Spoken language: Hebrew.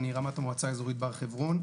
אני רמ"ט המועצה האזורית בהר-חברון.